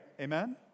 Amen